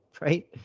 right